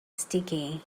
sticky